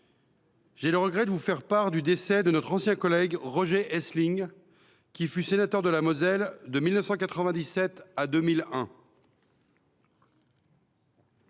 j’ai le regret de vous faire part du décès de notre ancien collègue Roger Hesling, qui fut sénateur de Moselle de 1997 à 2001.